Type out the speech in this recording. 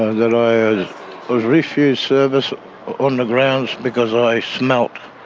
that i was refused service on the grounds because i smelt,